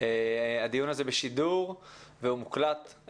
מאחר שהדיון הזה בשידור והוא מוקלט.